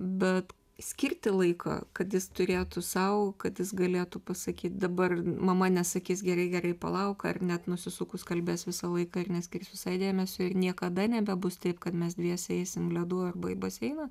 bet skirti laiko kad jis turėtų sau kad jis galėtų pasakyt dabar mama nesakys gerai gerai palauk ar net nusisukus kalbės visą laiką ir neskirs visai dėmesio ir niekada nebebus taip kad mes dviese eisim ledų arba į baseiną